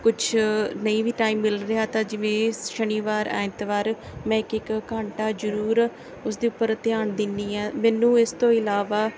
ਕੁਛ ਨਹੀਂ ਵੀ ਟਾਈਮ ਮਿਲ ਰਿਹਾ ਤਾਂ ਜਿਵੇਂ ਸ਼ਨੀਵਾਰ ਐਤਵਾਰ ਮੈਂ ਇੱਕ ਇੱਕ ਘੰਟਾ ਜ਼ਰੂਰ ਉਸਦੇ ਉੱਪਰ ਧਿਆਨ ਦਿੰਦੀ ਹਾਂ ਮੈਨੂੰ ਇਸ ਤੋਂ ਇਲਾਵਾ